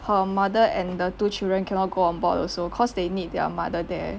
her mother and the two children cannot go on board also cause they need their mother there